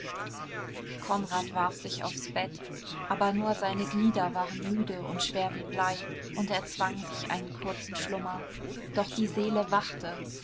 konrad warf sich aufs bett aber nur seine glieder waren müde und schwer wie blei und erzwangen sich einen kurzen schlummer doch die seele wachte